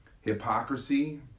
Hypocrisy